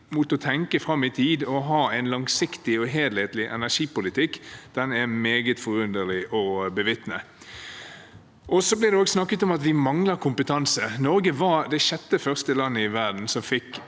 å tenke fram i tid og ha en langsiktig og helhetlig energipolitikk er meget forunderlig å bevitne. Det blir også snakket om at vi mangler kompetanse. Norge var det sjette første landet i verden som fikk